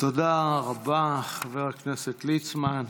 תודה רבה, חבר הכנסת ליצמן.